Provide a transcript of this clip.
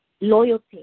loyalty